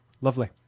Lovely